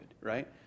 right